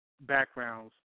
backgrounds